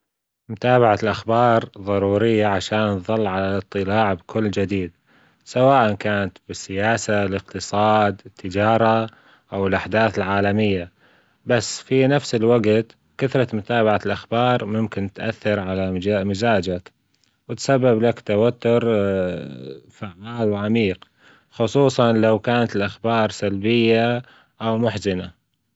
متابعة الأخبار ضرورية عشان تظل على الإطلاع بكل جديد، سواء كانت بالسياسة الإقتصاد التجارة أو الأحداث العالمية، بس في نفس الوجت كثرة متابعة الأخبار ممكن تأثر على مزاجك وتسبب لك توتر فعال وعميق. خصوصا لو كانت الأخبار سلبية أو محزنة.